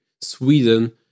Sweden